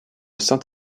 saint